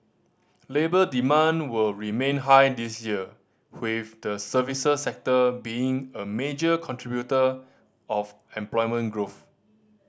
labour demand will remain high this year with the services sector being a major contributor of employment growth